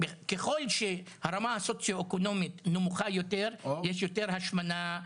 ככל שהרמה הסוציו אקונומית נמוכה יותר יש יותר השמנה,